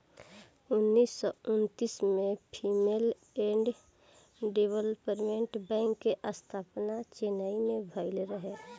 उन्नीस सौ उन्तीस में फीमेल एंड डेवलपमेंट बैंक के स्थापना चेन्नई में भईल रहे